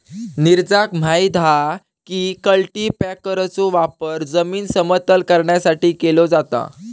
नीरजाक माहित हा की कल्टीपॅकरचो वापर जमीन समतल करण्यासाठी केलो जाता